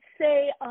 say